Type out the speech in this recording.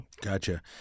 Gotcha